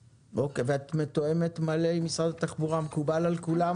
ואת מתואמת מלא עם משרד התחבורה והכול מקובל על כולם?